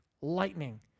Lightning